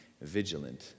vigilant